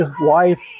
wife